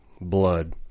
blood